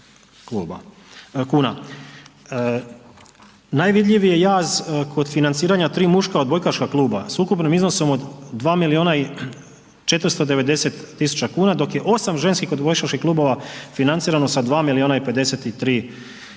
Najvidljiviji je jaz kod financiranja 3 muška odbojkaška kluba s ukupnim iznosom od 2 milijuna i 490 tisuća kuna, dok je 8 ženskih odbojkaških klubova financiran sa 2 milijuna i 53 tisuće